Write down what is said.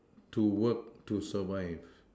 to work to survive